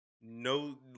No